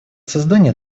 создание